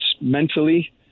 mentally